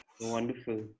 Wonderful